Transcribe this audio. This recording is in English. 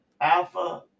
alpha